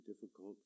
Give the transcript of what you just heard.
difficult